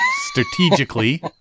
strategically